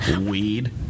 weed